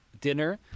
dinner